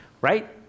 Right